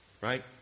Right